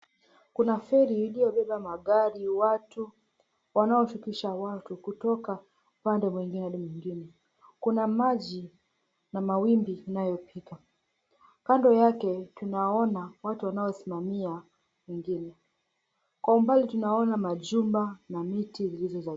Kuna feri iliyobeba magari watu, wanaoshukisha watu kutoka upande mwingine hadi mwingine. Kuna maji na mawimbi inayopita. Kando yake tunaona watu wanaosimamia wengine. Kwa umbali tunaona majumba na miti.